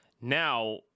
now